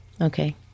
Okay